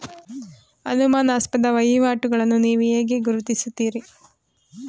ಅನುಮಾನಾಸ್ಪದ ವಹಿವಾಟುಗಳನ್ನು ನೀವು ಹೇಗೆ ಗುರುತಿಸುತ್ತೀರಿ?